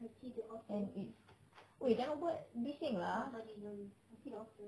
and it's !oi! jangan buat bising lah